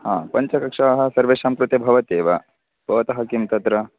हा पञ्चकक्षाः सर्वेषां कृते भवत्येव भवतः किं तत्र